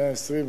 120,